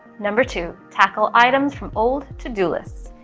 number two tackle items from old to-do lists.